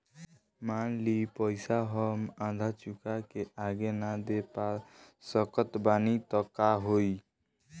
मान ली पईसा हम आधा चुका के आगे न दे पा सकत बानी त का होई?